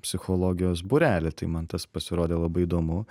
psichologijos būrelį tai man tas pasirodė labai įdomu